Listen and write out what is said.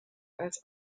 als